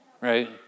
right